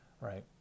right